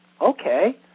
Okay